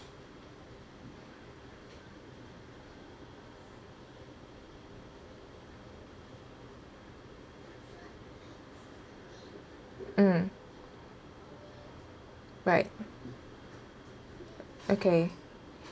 mm right okay